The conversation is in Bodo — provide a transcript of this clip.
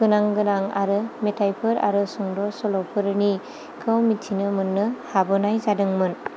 गोनां गोनां आरो मेथाइफोर आरो सुंद' सल'फोरनिखौ मिथिनो मोननो हाबोनाय जादोंमोन